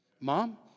Mom